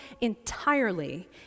entirely